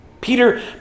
Peter